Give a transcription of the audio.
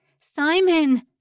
Simon